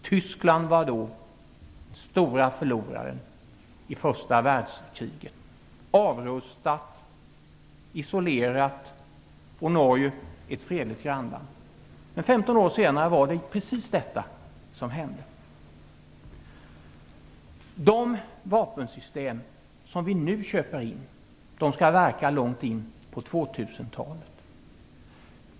Tyskland var då den stora förloraren i första världskriget, avrustat och isolerat, och Norge ett fredligt grannland. Men femton år senare var det precis detta som hände. De vapensystem som vi nu köper skall verka långt in på 2000-talet.